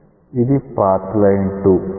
ఇది path line 2